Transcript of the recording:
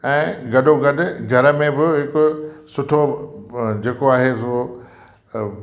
ऐं गॾो गॾु घर में बि हिकु सुठो जेको आहे उहो